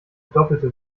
doppelte